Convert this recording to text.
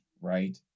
right